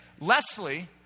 Leslie